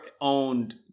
owned